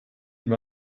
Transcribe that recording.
ihm